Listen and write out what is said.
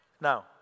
Now